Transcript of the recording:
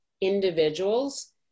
individuals